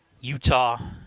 Utah